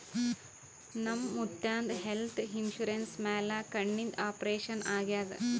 ನಮ್ ಮುತ್ಯಾಂದ್ health insurance ಮ್ಯಾಲ ಕಣ್ಣಿಂದ್ ಆಪರೇಷನ್ ಆಗ್ಯಾದ್